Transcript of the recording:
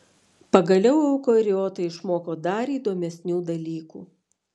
pagaliau eukariotai išmoko dar įdomesnių dalykų